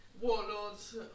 Warlord's